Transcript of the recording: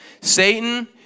Satan